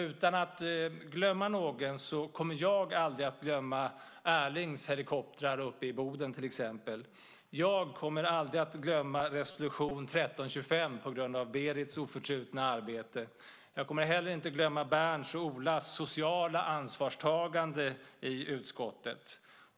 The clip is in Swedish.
Utan att glömma någon kommer jag aldrig att glömma Erlings helikoptrar uppe i Boden, till exempel. Jag kommer aldrig att glömma resolution 1325 på grund av Berits oförtrutna arbete. Jag kommer heller inte att glömma Berndts och Olas sociala ansvarstagande i utskottet.